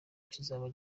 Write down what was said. kizaba